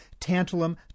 tantalum